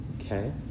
Okay